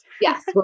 Yes